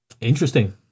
Interesting